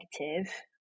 negative